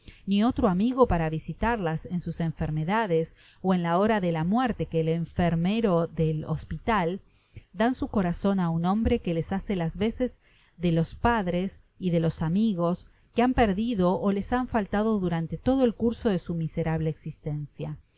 ni otro amigo para visitarlas en sus enfermedades ó en la hora de la muerte que el enfermero del hospital dan su corazon á un hombre que les hace las veces de los padres y de los amigos que han perdido ó les han faltado durante todo el curso de su miserable existencia